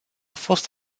fost